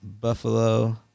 Buffalo